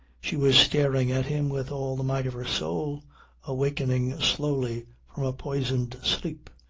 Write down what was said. she was staring at him with all the might of her soul awakening slowly from a poisoned sleep,